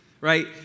right